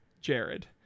Jared